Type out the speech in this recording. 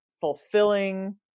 fulfilling